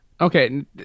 Okay